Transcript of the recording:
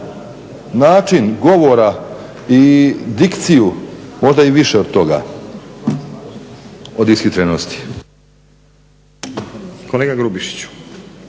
način govora i dikciju možda i više od toga od ishitrenosti. **Stazić,